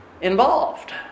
involved